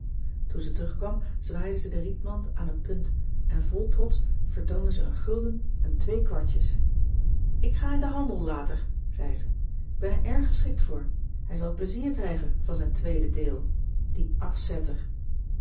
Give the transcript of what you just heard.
toen ze terug kwam zwaaide ze de rietmand aan een puntje en vol trots vertoonde ze een gulden en twee kwartjes ik ga in den handel later zei ze k ben er erg geschikt voor hij zal plezier krijgen van zijn tweede deel die afzetter